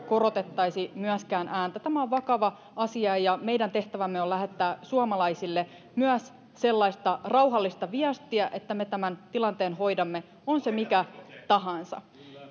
myöskään korotettaisi ääntä tämä on vakava asia ja meidän tehtävämme on lähettää suomalaisille myös sellaista rauhallista viestiä että me tämän tilanteen hoidamme on se mikä tahansa